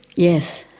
yes,